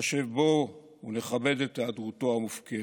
נתחשב בו ונכבד את היעדרותו המופקרת.